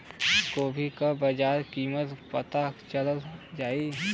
गोभी का बाजार कीमत पता चल जाई?